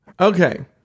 Okay